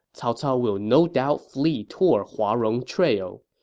cao cao will no doubt flee toward huarong trail.